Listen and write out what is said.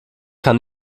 kann